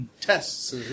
tests